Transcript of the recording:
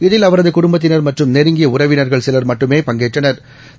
இதில் அவரதுகுடும்பத்தினா் மற்றும் நெருங்கியஉறவினா்கள் சிலர் மட்டுமே பங்கேற்றனா்